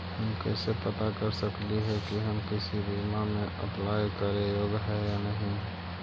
हम कैसे पता कर सकली हे की हम किसी बीमा में अप्लाई करे योग्य है या नही?